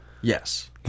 Yes